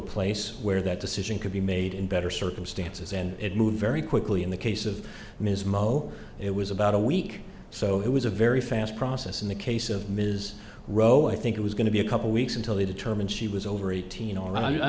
place where that decision could be made in better circumstances and it moved very quickly in the case of ms mo it was about a week so it was a very fast process in the case of ms rowe i think it was going to be a couple weeks until they determine she was over eighteen